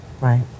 right